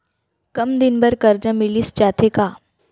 कम दिन बर करजा मिलिस जाथे का?